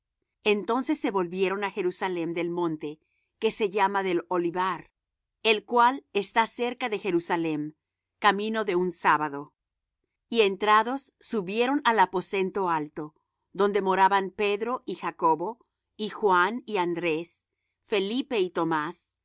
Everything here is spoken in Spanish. entonces se volvieron á jerusalem del monte que se llama del olivar el cual está cerca de jerusalem camino de un sábado y entrados subieron al aposento alto donde moraban pedro y jacobo y juan y andrés felipe y tomás